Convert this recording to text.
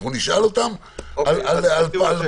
נשאל על הפרטים.